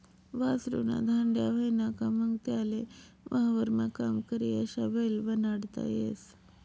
वासरु ना धांड्या व्हयना का मंग त्याले वावरमा काम करी अशा बैल बनाडता येस